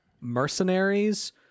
mercenaries